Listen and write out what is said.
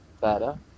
better